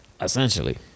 Essentially